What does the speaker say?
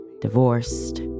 divorced